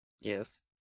Yes